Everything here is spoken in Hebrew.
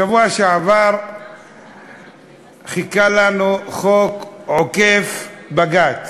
שבוע שעבר חיכה לנו חוק עוקף-בג"ץ.